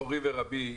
מורי ורבי,